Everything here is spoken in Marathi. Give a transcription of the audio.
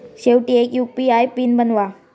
शेवटी एक यु.पी.आय पिन बनवा